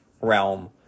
realm